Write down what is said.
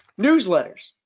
newsletters